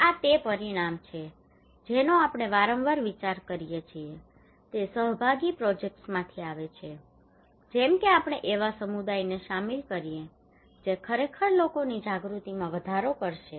આ તે પરિણામો છે જેનો આપણે વારંવાર વિચાર કરીએ છીએ તે સહભાગી પ્રોજેક્ટ્સમાંથી આવે છે જેમ કે જો આપણે એવા સમુદાયને શામેલ કરીએ જે ખરેખર લોકોની જાગૃતિમાં વધારો કરશે